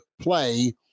play